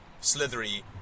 slithery